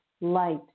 light